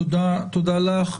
תודה לך.